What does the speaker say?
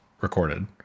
recorded